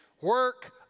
work